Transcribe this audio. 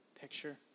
picture